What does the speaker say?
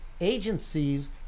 agencies